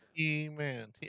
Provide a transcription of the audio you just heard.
Amen